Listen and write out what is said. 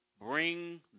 bring